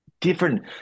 different